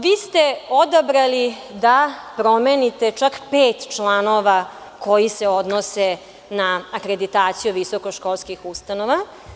Vi ste odabrali da promenite čak pet članova koji se odnose na akreditaciju visoko školskih ustanova.